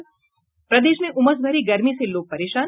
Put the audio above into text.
और प्रदेश में उमस भरी गर्मी से लोग परेशान